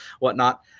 whatnot